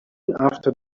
after